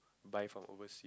buy from overseas